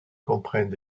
comprennent